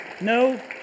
no